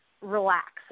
relax